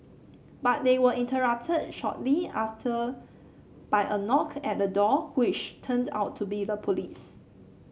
but they were interrupted shortly after by a knock at the door which turned out to be the police